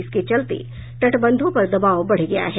इसके चलते तटबंधों पर दबाव बढ़ गया है